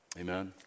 Amen